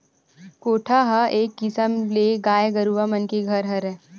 कोठा ह एक किसम ले गाय गरुवा मन के घर हरय